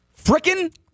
Frickin